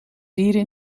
dieren